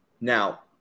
Now